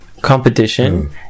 competition